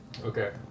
Okay